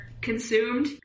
consumed